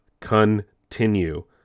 continue